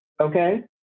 okay